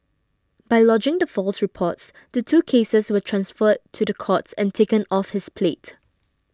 by lodging the false reports the two cases were transferred to the courts and taken off his plate